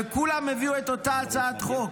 וכולם הביאו את אותה הצעת חוק.